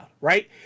right